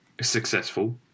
successful